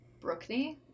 Brookney